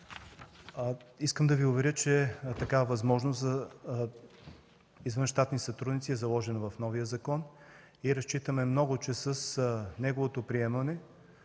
искам да Ви уверя, че възможност за извънщатни сътрудници е заложена в новия закон. Ние разчитаме много, че с неговото приемане